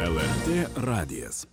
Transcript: lrt radijas